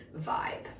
vibe